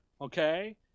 Okay